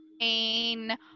pain